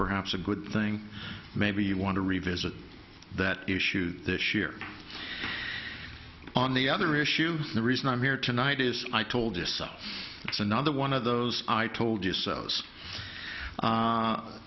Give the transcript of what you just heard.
perhaps a good thing maybe you want to revisit that issue this year on the other issues the reason i'm here tonight is i told you so it's another one of those i told you so